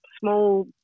small